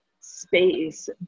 space